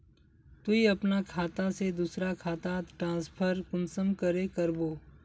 तुई अपना खाता से दूसरा खातात ट्रांसफर कुंसम करे करबो?